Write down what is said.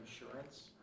insurance